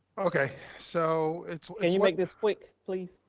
okay so it's can you make this quick please.